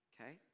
okay